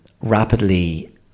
rapidly